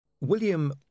william